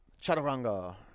chaturanga